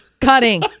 cutting